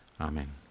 Amen